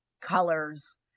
colors